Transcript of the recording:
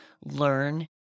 learn